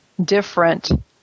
different